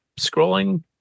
scrolling